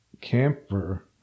camper